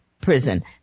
prison